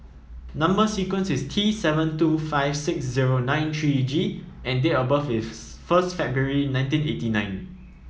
number sequence is T seven two five six zero nine three G and date of birth first February nineteen eighty nine